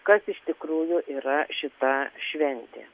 kas iš tikrųjų yra šita šventė